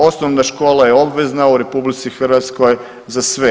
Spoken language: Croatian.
Osnovna škola je obvezna u RH za sve.